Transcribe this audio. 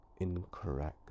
incorrect